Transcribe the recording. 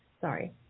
Sorry